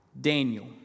Daniel